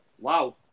Wow